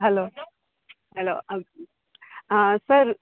ચાલો ચાલો આમ હા સર